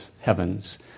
heavens